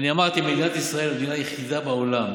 אני אמרתי: מדינת ישראל היא המדינה היחידה בעולם,